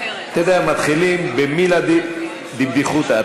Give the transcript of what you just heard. אתה יודע, מתחילים במילי דבדיחותא.